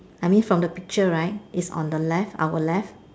I mean from the picture right it's on the left our left